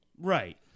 Right